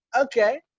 Okay